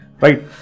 Right